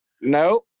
no